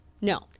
No